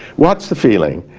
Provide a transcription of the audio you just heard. what's the feeling?